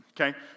okay